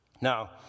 Now